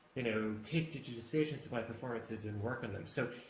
you know take digitizations of my performances and work on them. so,